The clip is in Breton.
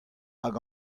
hag